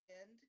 end